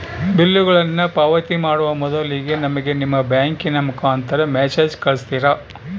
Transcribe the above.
ಬಿಲ್ಲುಗಳನ್ನ ಪಾವತಿ ಮಾಡುವ ಮೊದಲಿಗೆ ನಮಗೆ ನಿಮ್ಮ ಬ್ಯಾಂಕಿನ ಮುಖಾಂತರ ಮೆಸೇಜ್ ಕಳಿಸ್ತಿರಾ?